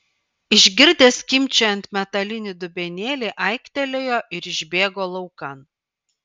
išgirdęs skimbčiojant metalinį dubenėlį aiktelėjo ir išbėgo laukan